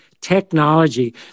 technology